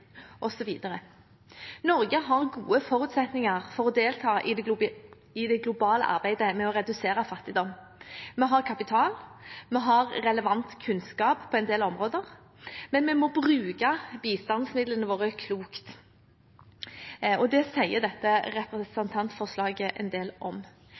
Norge har gode forutsetninger for å delta i det globale arbeidet med å redusere fattigdom. Vi har kapital, og vi har relevant kunnskap på en del områder, men vi må bruke bistandsmidlene våre klokt. Det sier dette representantforslaget en del om.